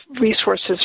resources